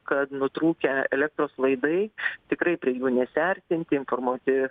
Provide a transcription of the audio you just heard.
kad nutrūkę elektros laidai tikrai prie jų nesiartinti informuoti